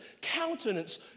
countenance